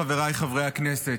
חבריי חברי הכנסת,